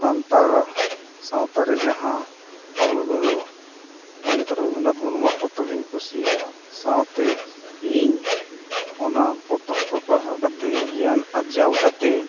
ᱥᱟᱱᱛᱟᱲ ᱥᱟᱶᱛᱟ ᱨᱮ ᱡᱟᱦᱟᱸ ᱚᱞ ᱜᱩᱨᱩ ᱯᱚᱱᱰᱤᱛ ᱨᱟᱹᱜᱷᱩᱱᱟᱛ ᱢᱩᱨᱢᱩᱣᱟᱜ ᱯᱚᱛᱚᱵ ᱤᱧ ᱠᱩᱥᱤᱭᱟᱜ ᱥᱟᱶᱛᱮ ᱤᱧ ᱚᱱᱟ ᱯᱚᱛᱚᱵ ᱠᱚ ᱯᱟᱲᱦᱟᱣ ᱠᱟᱛᱮᱫ ᱜᱮᱭᱟᱱ ᱟᱨᱡᱟᱣ ᱠᱟᱛᱮᱫ